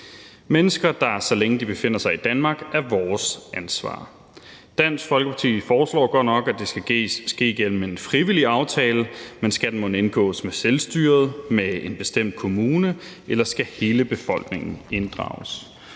mennesker, der så længe de befinder sig i Danmark, er vores ansvar. Dansk Folkeparti foreslår godt nok, at det skal ske gennem en frivillig aftale, men skal den mon indgås med selvstyret, med en bestemt kommune, eller skal hele befolkningen inddrages?